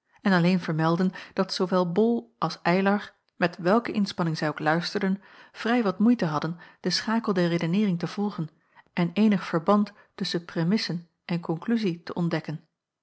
en alleen vermelden dat zoowel bol als eylar met welke inspanning zij ook luisterden vrij wat moeite hadden den schakel der redeneering te volgen en eenig verband tusschen premissen en konkluzie te ontdekken